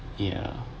ya